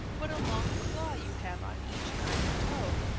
what a long claw you have on each hind toe!